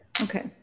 Okay